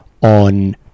on